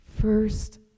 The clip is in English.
First